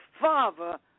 Father